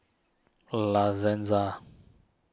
La Senza